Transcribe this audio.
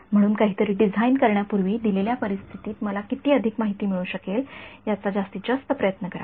म्हणून काहीतरी डिझाइन करण्यापूर्वी दिलेल्या परिस्थितीत मला किती अधिक माहिती मिळू शकेल याचा जास्तीतजास्त प्रयत्न करा